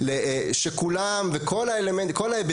שכדי שיישאר גן ילדים ביישוב, כדי שהם